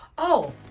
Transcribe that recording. oh.